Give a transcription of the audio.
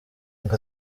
ngo